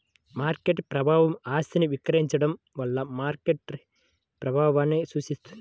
market ప్రభావం ఆస్తిని విక్రయించడం వల్ల మార్కెట్పై ప్రభావాన్ని సూచిస్తుంది